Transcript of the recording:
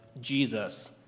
Jesus